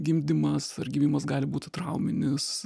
gimdymas ar gimimas gali būti trauminis